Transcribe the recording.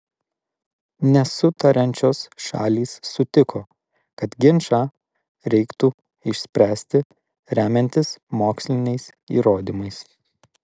nesutariančios šalys sutiko kad ginčą reiktų išspręsti remiantis moksliniais įrodymais